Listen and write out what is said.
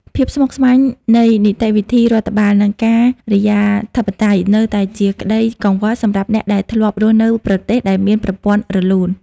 ភាពស្មុគស្មាញនៃនីតិវិធីរដ្ឋបាល និងការិយាធិបតេយ្យ នៅតែជាក្ដីកង្វល់សម្រាប់អ្នកដែលធ្លាប់រស់នៅប្រទេសដែលមានប្រព័ន្ធរលូន។